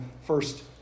first